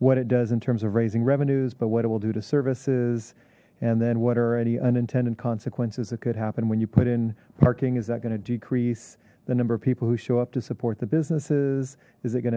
what it does in terms of raising revenues but what it will do to services and then what are any unintended consequences that could happen when you put in parking is that going to decrease the number of people who show up to support the businesses is it going